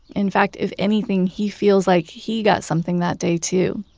in fact, if anything he feels like he got something that day too.